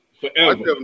forever